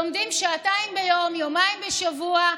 לומדים שעתיים ביום יומיים בשבוע.